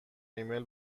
ایمیل